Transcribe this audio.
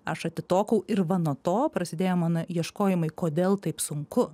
aš atitokau ir va nuo to prasidėjo mano ieškojimai kodėl taip sunku